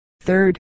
third